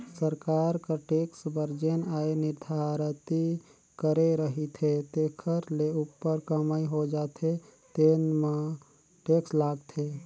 सरकार कर टेक्स बर जेन आय निरधारति करे रहिथे तेखर ले उप्पर कमई हो जाथे तेन म टेक्स लागथे